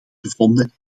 gevonden